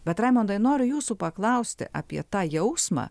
bet raimondai noriu jūsų paklausti apie tą jausmą